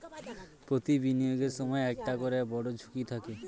প্রতি বিনিয়োগের সময় একটা করে বড়ো ঝুঁকি থাকে